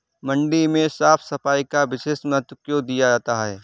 मंडी में साफ सफाई का विशेष महत्व क्यो दिया जाता है?